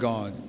God